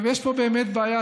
יש פה באמת בעיה.